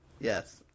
Yes